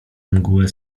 mgłę